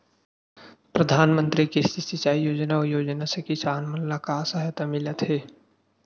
प्रधान मंतरी कृषि सिंचाई योजना अउ योजना से किसान मन ला का सहायता मिलत हे?